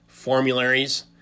formularies